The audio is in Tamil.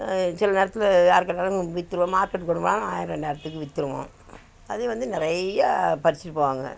சில நேரத்தில் யார் கேட்டாலும் விற்றிருவோம் மார்கெட்டுக்கு விடுவோம் ஆயிரம் ரெண்டாயிரத்து விற்றுருவோம் அதுவந்து நிறையா பறிச்சிட்டு போவாங்க